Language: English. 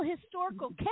historical